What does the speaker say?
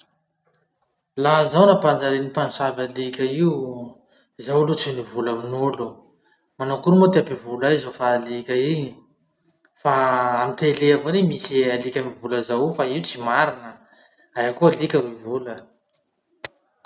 Laha zaho ampajarin'ny mpamosavy alika io, zaho aloha tsy nivola amin'olo. Manao akory moa ty hampivola ahy, zaho fa alika iny. Fa amy télé avao any misy alika mivola zao fa io tsy marina. Aia koa alika ro hivola.